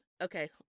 okay